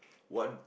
what